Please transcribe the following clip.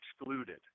excluded